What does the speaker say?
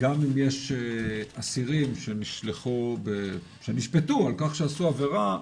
גם אם יש אסירים שנשפטו על כך שעשו עבירה,